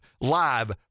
live